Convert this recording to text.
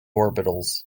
orbitals